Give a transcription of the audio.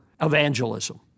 evangelism